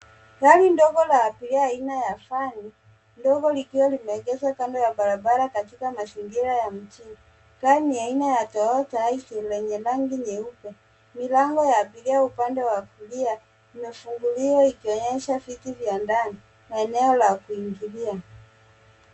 Gari ndogo la abiria aina ya vani ndogo likiwa limeegeshwa kando ya barabara katika mazingira ya mjini. Gari ni aina ya Toyota Hiace lenye rangi nyeupe. Milango wa abiria upande wa kulia imefunguliwa ikionyesha vitu vya ndani na eneo la kuingilia.